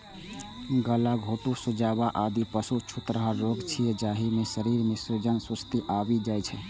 गलाघोटूं, सुजवा, आदि पशुक छूतहा रोग छियै, जाहि मे शरीर मे सूजन, सुस्ती आबि जाइ छै